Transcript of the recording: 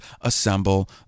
assemble